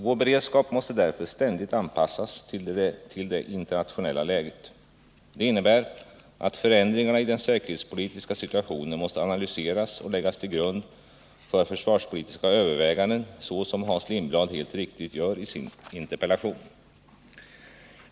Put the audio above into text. Vår beredskap måste därför ständigt anpassas till det internationella läget. Det innebär att förändringarna i den säkerhetspolitiska situationen måste analyseras och läggas till grund för försvarspolitiska överväganden, såsom Hans Lindblad helt riktigt gör i sin interpellation.